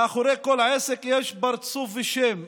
מאחורי כל עסק יש פרצוף ושם,